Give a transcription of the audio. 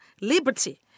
liberty